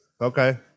Okay